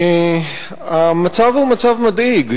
המצב הוא מצב מדאיג.